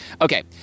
Okay